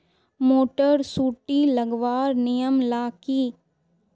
Motor सुटी लगवार नियम ला की?